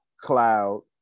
cloud